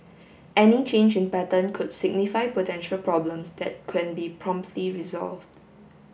any change in pattern could signify potential problems that can be promptly resolved